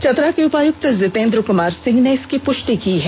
चतरा के उपायुक्त जितेंद्र कुमार सिंह ने इसकी पुष्टि की है